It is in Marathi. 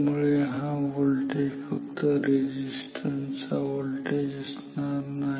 त्यामुळे हा व्होल्टेज फक्त या रेझिस्टन्स चा व्होल्टेज असणार नाही